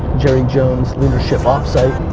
jerry jones, leadership off-site.